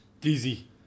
Dizzy